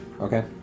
okay